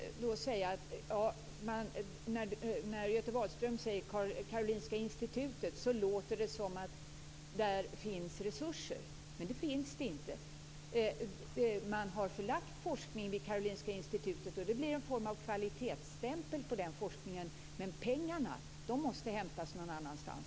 När Göte Wahlström nämner Karolinska Institutet låter det som att där finns resurser. Men det finns det inte. Man har förlagt forskningen vid Karolinska Institutet, och det ger en form av kvalitetsstämpel på den forskningen. Men pengarna måste hämtas från någon annanstans.